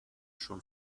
schon